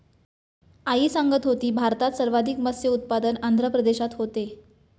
आई सांगत होती, भारतात सर्वाधिक मत्स्य उत्पादन आंध्र प्रदेशात होते